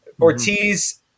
Ortiz